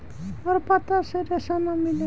हर पत्ता से रेशा ना मिलेला